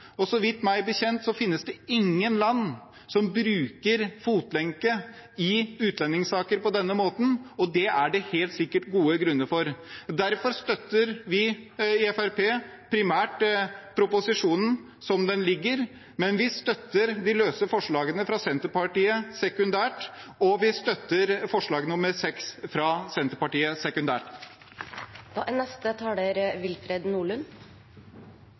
Meg bekjent finnes det ingen land som bruker fotlenke i utlendingssaker på denne måten, og det er det helt sikkert gode grunner til. Derfor støtter vi i Fremskrittspartiet primært proposisjonen slik den foreligger, men vi støtter de løse forslagene fra Senterpartiet sekundært, og vi støtter sekundært forslag nr. 6, fra Senterpartiet. Vi skal prøve på nytt, nå som vi er